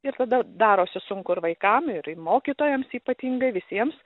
ir tada darosi sunku ir vaikam ir mokytojams ypatingai visiems